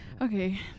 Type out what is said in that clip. Okay